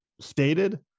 stated